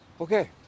Okay